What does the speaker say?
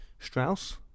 Strauss